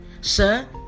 Sir